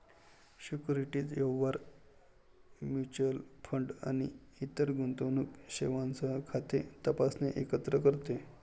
securities व्यवहार, mutual fund आणि इतर गुंतवणूक सेवांसह खाते तपासणे एकत्र करते